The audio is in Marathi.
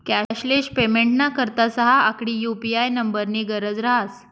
कॅशलेस पेमेंटना करता सहा आकडी यु.पी.आय नम्बरनी गरज रहास